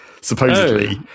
supposedly